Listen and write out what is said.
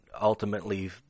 ultimately